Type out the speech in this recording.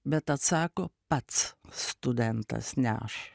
bet atsako pats studentas ne aš